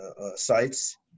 sites